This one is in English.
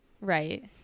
right